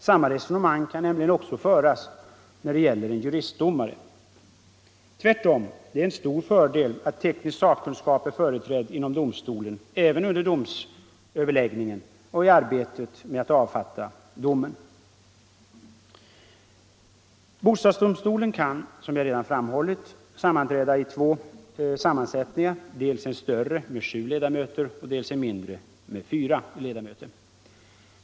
Samma resonemang kan nämligen föras när det gäller en juristdomare. Det är en stor fördel att teknisk sakkunskap är företrädd inom domstolen även under domsöverläggningen och i arbetet med att avfatta domen. Bostadsdomstolen kan, som jag redan framhållit, sammanträda i två sammansättningar, dels en större med sju ledamöter, dels en mindre med fyra ledamöter.